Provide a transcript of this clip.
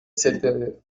cet